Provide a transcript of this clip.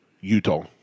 Utah